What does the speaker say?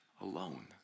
alone